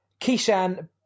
Kishan